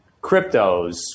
cryptos